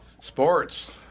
Sports